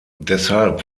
deshalb